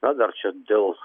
na dar čia dėl